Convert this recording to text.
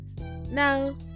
no